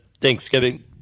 Thanksgiving